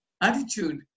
Attitude